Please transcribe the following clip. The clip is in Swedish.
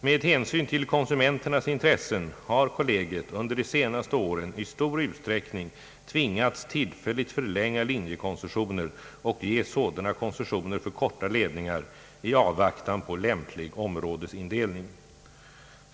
Med hänsyn till konsumenternas intressen har kollegiet under de senaste åren i stor utsträckning tvingats tillfälligt förlänga linjekoncessioner och ge sådana koncessioner för korta ledningar i avvaktan på lämplig områdesindelning.